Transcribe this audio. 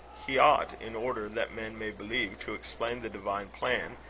he ought, in order that men may believe, to explain the divine plan,